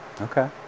Okay